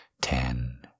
ten